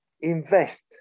invest